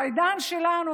בעידן שלנו,